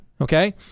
Okay